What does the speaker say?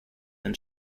and